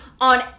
on